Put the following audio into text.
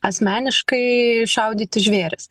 asmeniškai šaudyti žvėris